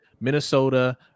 Minnesota